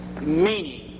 meaning